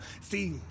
See